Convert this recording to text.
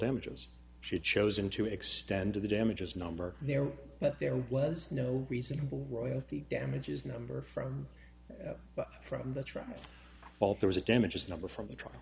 damages she had chosen to extend to the damages number there that there was no reasonable royalty damages number from from the trust while there was a damages number from the trial